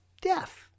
Death